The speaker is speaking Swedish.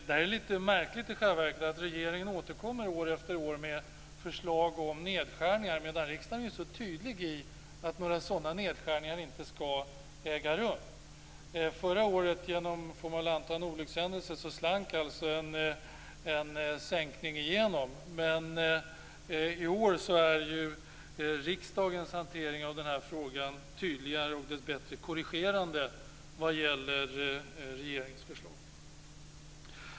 Det är i själva verket litet märkligt att regeringen år efter år återkommer med förslag om nedskärningar, trots att riksdagen är så tydlig när det gäller att några sådana nedskärningar inte skall äga rum. Förra året slank genom en olyckshändelse, får man anta, en sänkning igenom. I år är riksdagens hantering av denna fråga tydligare och dessbättre korrigerande vad gäller regeringens förslag.